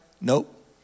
Nope